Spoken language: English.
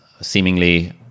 seemingly